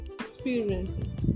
experiences